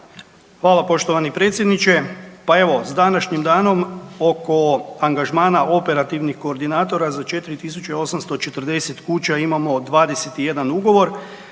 Hvala poštovani predsjedniče. Pa evo s današnjim danom oko angažmana operativnih koordinatora za 4840 kuća imamo 21 ugovor.